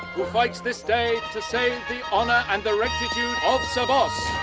who fights this day to save the honor and the rectitude of sir boss.